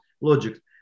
logic